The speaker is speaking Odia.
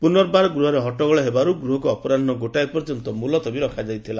ପୁନର୍ବାର ଗୃହରେ ହଟ୍ଟଗୋଳ ହେବାରୁ ଗୃହକୁ ଅପରାହ୍ନ ଗୋଟାଏ ପର୍ଯ୍ୟନ୍ତ ମୁଲତବୀ କରାଯାଇଥିଲା